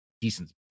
decent